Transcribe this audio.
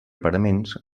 paraments